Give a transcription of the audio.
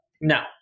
No